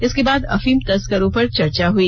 इसके बाद अफीम तस्करों पर चर्चा हई